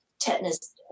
tetanus